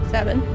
Seven